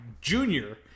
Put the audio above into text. Junior